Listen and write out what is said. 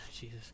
Jesus